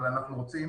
אבל אנחנו רוצים